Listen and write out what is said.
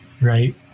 right